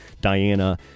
Diana